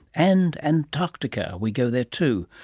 and antarctica, we go there too,